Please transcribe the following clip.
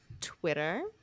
Twitter